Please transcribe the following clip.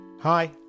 Hi